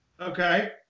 Okay